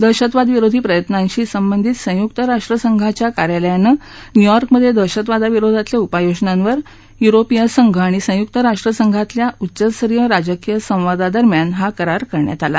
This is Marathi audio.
दहशतवाद विरोधी प्रयत्नांशी संबंधित संयुक्त राष्ट्रसंघाच्या कार्यालयानं न्यूयॉर्कमधे दहशतवादाविरोधातल्या उपाययोजनांवर युरोपीय संघ अणि संयुक राष्ट्रसंघातल्या उच्चस्तरीय राजकीय संवादा दरम्यान हा करार करण्यात आला